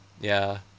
ya